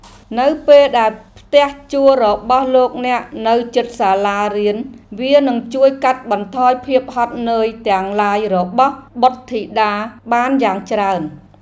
នៅពេលដែលផ្ទះជួលរបស់លោកអ្នកនៅជិតសាលារៀនវានឹងជួយកាត់បន្ថយភាពហត់នឿយទាំងឡាយរបស់បុត្រធីតាបានយ៉ាងច្រើន។